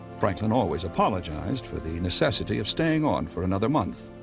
franklin always apologized for the necessity of staying on for another month,